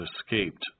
escaped